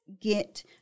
get